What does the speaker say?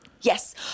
Yes